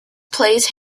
place